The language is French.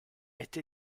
été